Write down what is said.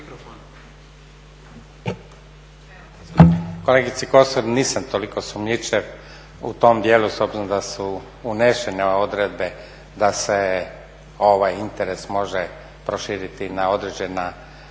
Kolegice Kosor, nisam toliko sumnjičav u tom dijelu s obzirom da su unešene odredbe da se ovaj interes može proširiti na određena